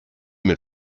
mit